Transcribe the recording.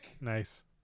Nice